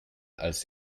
als